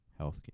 healthcare